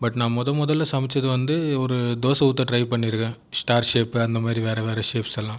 but நான் முத முதல்ல சமைச்சது வந்து ஒரு தோசை ஊற்ற ட்ரை பண்ணிருக்கேன் ஸ்டார் ஷேப் அந்த மாதிரி வேற வேற ஷேப்ஸ் எல்லாம்